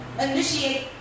Initiate